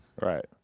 Right